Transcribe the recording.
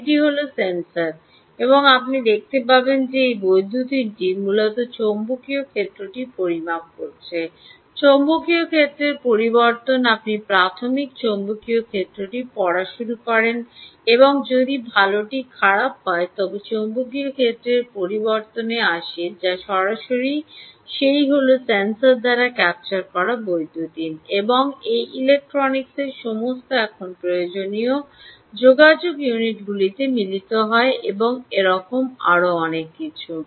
এটি হল সেন্সর এবং আপনি দেখতে পারেন যে এই বৈদ্যুতিনটি মূলত চৌম্বকীয় ক্ষেত্রটি পরিমাপ করছে চৌম্বকীয় ক্ষেত্রের পরিবর্তন আপনি প্রাথমিক চৌম্বকীয় ক্ষেত্রটি পড়া শুরু করেন এবং যদি ভালটি খারাপ হয় তবে চৌম্বকীয় ক্ষেত্রেও পরিবর্তন আসে যা সরাসরি এই হল সেন্সর দ্বারা ক্যাপচার করা হয় বৈদ্যুতিন এবং এই ইলেকট্রনিক্সের সমস্ত এখন প্রয়োজনীয় যোগাযোগ ইউনিটগুলিতে মিলিত হয় এবং এরকম আরও অনেক কিছু